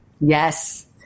Yes